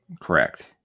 Correct